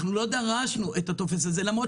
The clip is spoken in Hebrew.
אנחנו לא דרשנו את הטופס הזה למרות